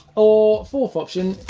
or fourth option,